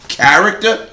character